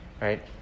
right